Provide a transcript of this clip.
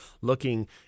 looking